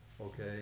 okay